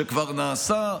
שכבר נעשה.